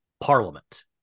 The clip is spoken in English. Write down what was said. Parliament